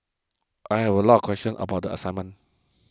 I have a lot of questions about the assignment